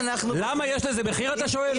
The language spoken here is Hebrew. למה יש לזה מחיר אתה שואל?